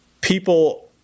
people